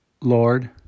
Lord